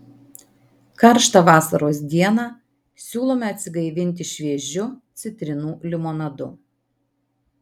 karštą vasaros dieną siūlome atsigaivinti šviežiu citrinų limonadu